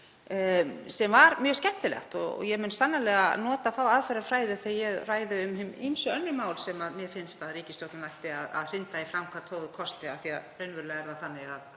sem var mjög skemmtilegt og ég mun sannarlega nota þá aðferðafræði þegar ég ræði um hin ýmsu önnur mál sem mér finnst að ríkisstjórn mætti hrinda í framkvæmd þó að þau kosti pening. Af því að raunverulega er það þannig að